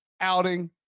outing